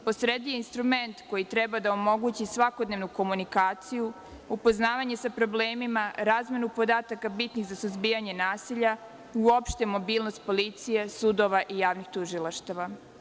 Po sredi je i instrument koji treba da omogući svakodnevnu komunikaciju, upoznavanje sa problemima, razmenu podataka bitnih za suzbijanje nasilja, uopšte mobilnost policije, sudova i javnih tužilaštava.